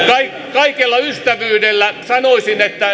kaikella ystävyydellä sanoisin että